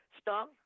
stung